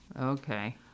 Okay